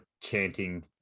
chanting